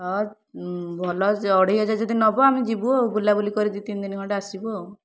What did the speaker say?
ହଁ ଭଲସେ ଅଢ଼େଇ ହଜାର ଯଦି ନେବ ଆମେ ଯିବୁ ଆଉ ବୁଲାବୁଲି କରି ଦୁଇ ତିନି ଦିନ ଖଣ୍ଡେ ଆସିବୁ ଆଉ